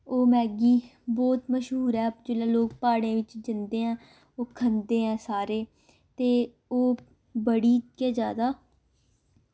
ओह् मैगी बोह्त मश्हूर ऐ जेल्लै लोग प्हाड़ें बिच्च जंदे ऐ ओह् खंदे ऐं सारे ते ओह् बड़ी गै ज्यादा